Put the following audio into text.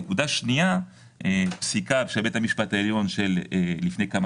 נקודה שנייה: פסיקה של בית המשפט העליון לפני כמה